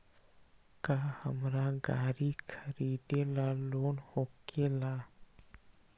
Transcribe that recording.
का हमरा गारी खरीदेला लोन होकेला?